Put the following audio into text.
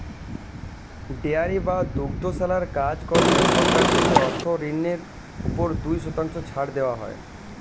dairy বা দুগ্ধশালার কাজ কর্মে সরকার থেকে অর্থ ঋণের উপর দুই শতাংশ ছাড় দেওয়া হয়